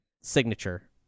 signature